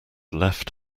left